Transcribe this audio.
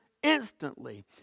Instantly